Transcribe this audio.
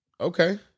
Okay